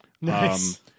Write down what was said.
Nice